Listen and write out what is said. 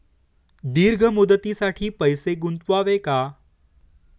दीर्घ मुदतीसाठी पैसे गुंतवावे का?